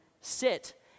sit